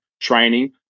training